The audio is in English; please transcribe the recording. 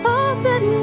open